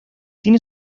tiene